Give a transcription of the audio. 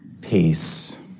peace